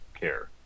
care